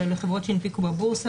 אלא לחברות שהנפיקו בבורסה,